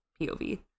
POV